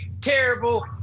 terrible